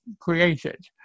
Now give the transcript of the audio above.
created